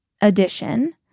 addition